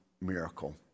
miracle